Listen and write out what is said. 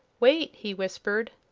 wait! he whispered.